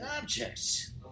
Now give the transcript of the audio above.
objects